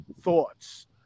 thoughts